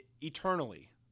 eternally